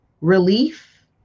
relief